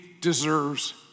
deserves